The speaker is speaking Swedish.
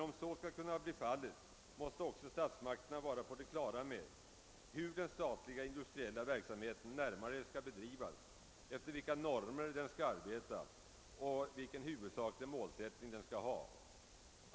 Om så blir fallet, måste emellertid statsmakterna vara på det klara med hur den statliga industriella verksamheten närmare skall bedrivas, efter vilka normer den skall arbeta och vilken huvudsaklig målsättning den skall ha.